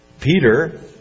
Peter